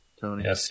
Tony